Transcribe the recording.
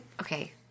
Okay